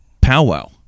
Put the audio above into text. powwow